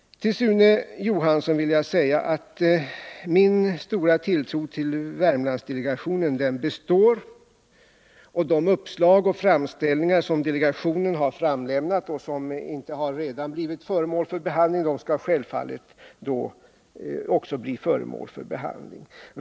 Till Sune Johansson vill jag säga att min stora tilltro till Värmlandsdelegationen består och att de uppslag och framställningar som delegationen har avlämnat och som inte redan har blivit föremål för behandling självfallet också skall behandlas.